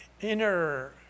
inner